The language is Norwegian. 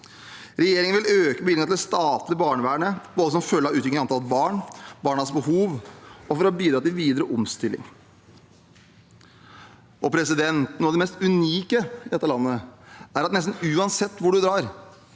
Regjeringen vil videre øke bevilgningene til det statlige barnevernet, både som følge av utviklingen i antall barn og barnas behov og for å bidra til videre omstilling. Noe av det mest unike med dette landet er at nesten uansett hvor du drar,